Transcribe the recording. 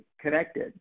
connected